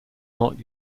not